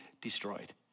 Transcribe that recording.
destroyed